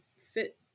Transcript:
fit